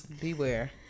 Beware